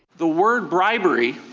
the word bribery